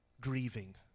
grieving